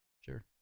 Sure